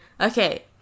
Okay